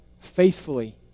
faithfully